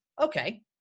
Okay